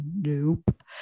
Nope